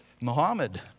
Muhammad